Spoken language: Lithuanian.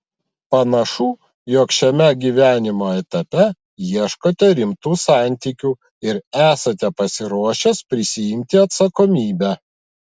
panašu jog šiame gyvenimo etape ieškote rimtų santykių ir esate pasiruošęs prisiimti atsakomybę